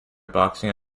boxing